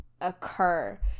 occur